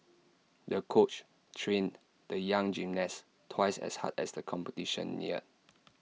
the coach trained the young gymnast twice as hard as the competition neared